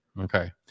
okay